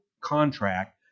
contract